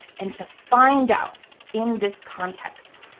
and to find out in this context?